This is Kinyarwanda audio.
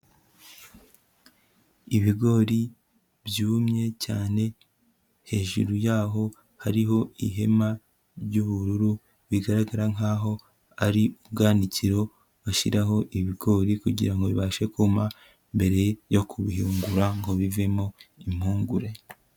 Ibigori byumye cyane, hejuru yaho hariho ihema ry'ubururu bigaragara nkaho ari ubwanikiro bashyiraho ibigori kugira ngo bibashe kuma mbere yo kubiyungura ngo bivemo impungure.